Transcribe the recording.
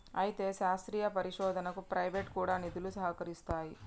అయితే శాస్త్రీయ పరిశోధనకు ప్రైవేటు కూడా నిధులు సహకరిస్తాయి